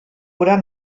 oder